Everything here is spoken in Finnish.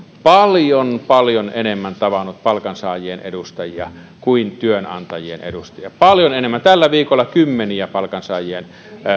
paljon paljon enemmän tavannut palkansaajien edustajia kuin työnantajien edustajia paljon enemmän esimerkiksi tällä viikolla kymmeniä palkansaajien